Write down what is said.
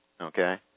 Okay